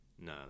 no